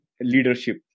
leadership